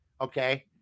Okay